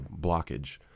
blockage